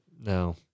No